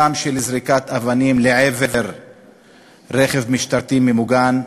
גם של זריקת אבנים לעבר רכב משטרתי ממוגן,